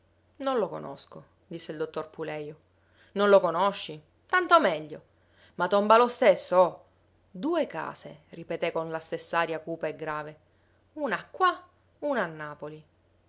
non lo conosco disse il dottor pulejo non lo conosci tanto meglio ma tomba lo stesso oh due case ripeté con la stess'aria cupa e grave una qua una a napoli